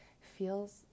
feels